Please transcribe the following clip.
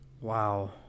Wow